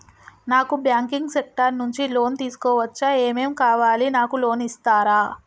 నాకు banking sector నుంచి loan తీసుకోవచ్చా? ఏమేం కావాలి? నాకు లోన్ ఇస్తారా?